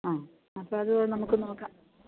ആ അപ്പോള് അത് നമുക്ക് നോക്കാം